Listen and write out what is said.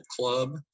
club